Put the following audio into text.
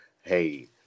hey